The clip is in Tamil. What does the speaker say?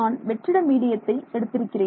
நான் வெற்றிட மீடியத்தை எடுத்திருக்கிறேன்